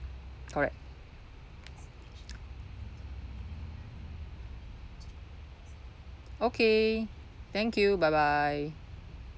correct okay thank you bye bye